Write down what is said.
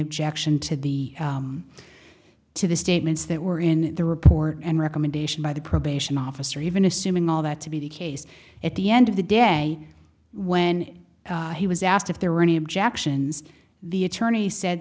objection to the to the statements that were in the report and recommendation by the probation officer even assuming all that to be the case at the end of the day when he was asked if there were any objections the attorney said